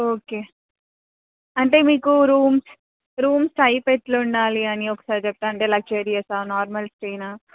okay అంటే మీకు rooms rooms type ఎట్లుండాలి అని ఒకసారి చెప్తే అంటే లగ్జేరియస్ నార్మల్ స్టేనా